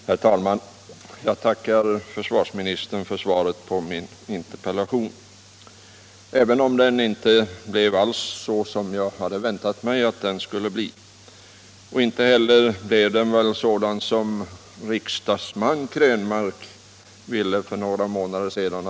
Herr talman! Jag tackar försvarsministern för svaret på min interpellation, även om det inte alls blev som jag hade väntat mig och väl inte heller sådant som riksdagsman Krönmark ville ha det för några månader sedan.